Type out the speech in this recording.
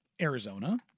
Arizona